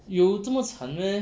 有这么惨 meh